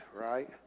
right